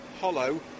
hollow